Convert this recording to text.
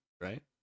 right